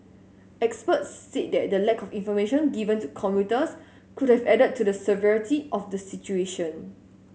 experts said that the lack of information given to commuters could have added to the severity of the situation